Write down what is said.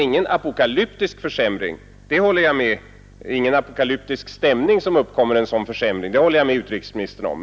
Nej, det uppkommer ingen apokalyptisk stämning av en sådan försämring, det håller jag med utrikesministern om.